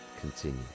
continue